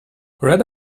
red